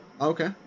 Okay